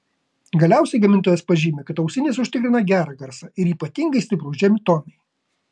galiausiai gamintojas pažymi kad ausinės užtikrina gerą garsą ir ypatingai stiprūs žemi tonai